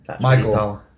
Michael